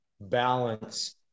balance